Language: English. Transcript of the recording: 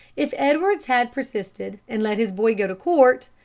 if edwards had persisted, and let his boy go to court,